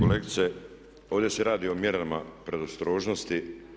Kolegice ovdje se radi o mjerama predostrožnosti.